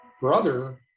brother